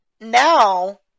now